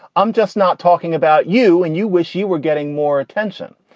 i'm just not talking about you. and you wish you were getting more attention.